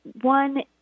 One